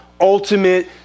Ultimate